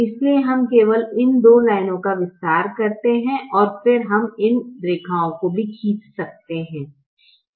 इसलिए हम केवल इन दो लाइनों का विस्तार करते हैं और फिर हम इन रेखाओं को भी खींच सकते हैं